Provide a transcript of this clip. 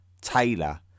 Taylor